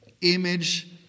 image